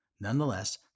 Nonetheless